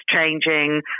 changing